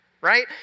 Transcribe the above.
right